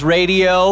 Radio